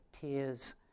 tears